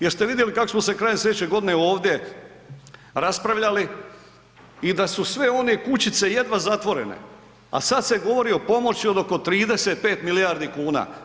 Jeste vidjeli kako smo se krajem godine ovdje raspravljali i da su sve one kućice jedva zatvorene, a sada se govori o pomoći od oko 35 milijardi kuna.